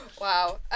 wow